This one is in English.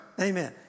Amen